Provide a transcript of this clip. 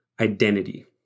identity